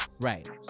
Right